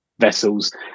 vessels